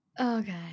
Okay